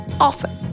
often